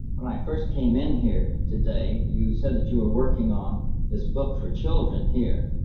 when i first came in here today you said that you were working on this book for children here.